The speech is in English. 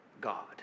God